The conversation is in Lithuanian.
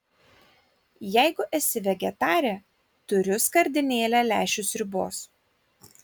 jeigu esi vegetarė turiu skardinėlę lęšių sriubos